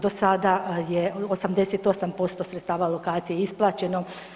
Do sada je 88% sredstava alokacije isplaćeno.